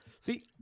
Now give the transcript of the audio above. See